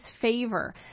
favor